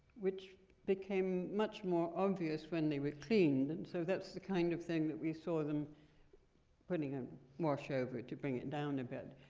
which became much more obvious when they were cleaned. and so that's the kind of thing that we saw them putting um a wash over to bring it down a bit.